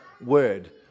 word